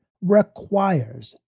requires